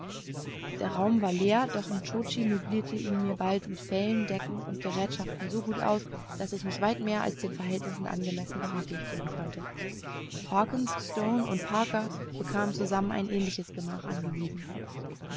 der raum war leer doch nscho tschi möblierte ihn mir bald mit fellen decken und gerätschaften so gut aus daß ich mich weit mehr als den verhältnissen angemessen behaglich fühlen konnte hawkens stone und parker bekamen zusammen ein ähnliches gemach angewiesen